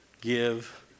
give